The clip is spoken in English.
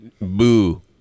Boo